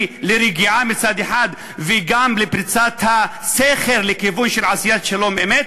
לרגיעה מצד אחד וגם לפריצת הסכר לכיוון של עשיית שלום אמת.